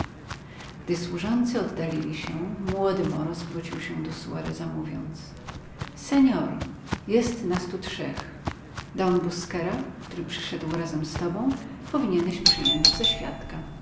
gdy służący oddalili się młody moro zwrócił się do suareza mówiąc senor jest nas tu trzech don busquera który przyszedł razem z tobą powinieneś przyjąć za świadka